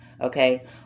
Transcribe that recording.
okay